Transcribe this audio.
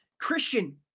Christian